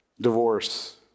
divorce